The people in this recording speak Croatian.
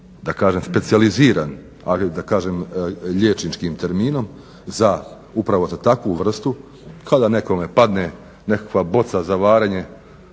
da kažem specijalizirani a da kažem liječničkim terminom za upravo za takvu vrstu kao da nekome padne nekakva boca za varenje,